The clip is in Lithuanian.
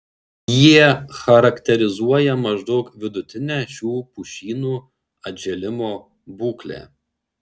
jie charakterizuoja maždaug vidutinę šių pušynų atžėlimo būklę